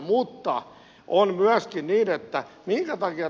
mutta on myöskin niin että